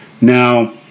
Now